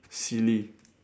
silly